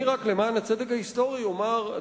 למען הצדק ההיסטורי אני אומר,